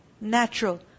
natural